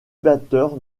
batteur